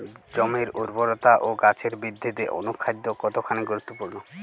জমির উর্বরতা ও গাছের বৃদ্ধিতে অনুখাদ্য কতখানি গুরুত্বপূর্ণ?